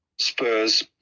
Spurs